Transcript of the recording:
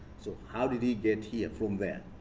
so how did he get here from there?